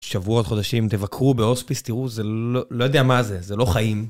שבועות, חודשים, תבקרו בהוספיס, תראו, זה לא, לא יודע מה זה, זה לא חיים.